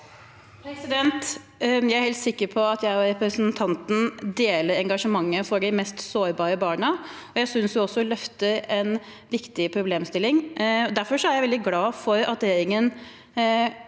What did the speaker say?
Jeg er helt sikker på at jeg og representanten deler engasjementet for de mest sårbare barna, og jeg synes også hun løfter en viktig problemstilling. Derfor er jeg veldig glad for at regjeringen